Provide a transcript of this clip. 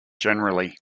generally